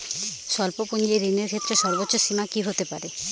স্বল্প পুঁজির ঋণের ক্ষেত্রে সর্ব্বোচ্চ সীমা কী হতে পারে?